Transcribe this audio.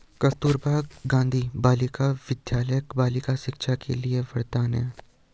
कस्तूरबा गांधी बालिका विद्यालय बालिका शिक्षा के लिए वरदान है